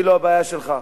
אני לא הבעיה שלך.